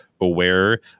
aware